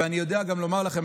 ואני יודע גם לומר לכם,